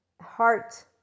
heart